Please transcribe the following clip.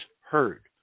heard